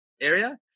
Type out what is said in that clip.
area